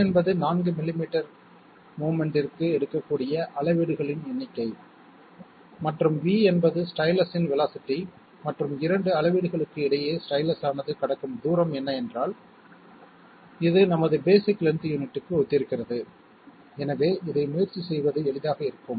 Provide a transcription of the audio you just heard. N என்பது 4 millimetre மோவ்மென்ட்ற்கு எடுக்கக்கூடிய அளவீடுகளின் எண்ணிக்கை மற்றும் V என்பது ஸ்டைலஸ் இன் வேலோஸிட்டி மற்றும் இரண்டு அளவீடுகளுக்கு இடையே ஸ்டைலஸ் ஆனது கடக்கும் தூரம் என்ன என்றால் இது நமது பேஸிக் லென்த் யூனிட்க்கு ஒத்திருக்கிறது எனவே இதை முயற்சி செய்வது எளிதாக இருக்கும்